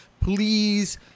please